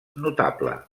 notable